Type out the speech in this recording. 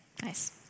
Nice